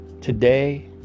today